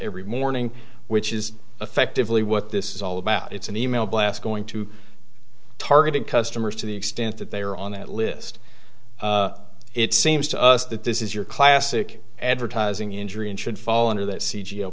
every morning which is effectively what this is all about it's an email blast going to targeted customers to the extent that they are on that list it seems to us that this is your classic advertising injury and should fall under that